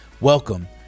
Welcome